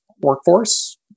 workforce